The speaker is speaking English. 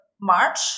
March